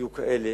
תהיה כזאת